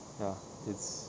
ya it's